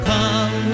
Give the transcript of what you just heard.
Come